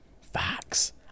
Facts